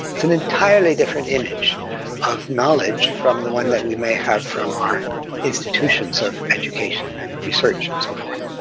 it's an entirely different image of knowledge from the one that we may have from our institutions of education and research and so forth.